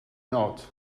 not